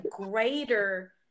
greater